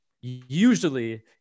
usually